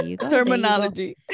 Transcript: Terminology